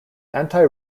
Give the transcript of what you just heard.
anti